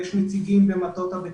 יש נציגים במטות הבטיחות.